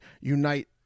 unite